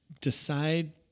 decide